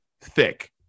thick